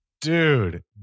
Dude